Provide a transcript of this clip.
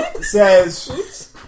Says